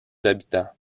habitants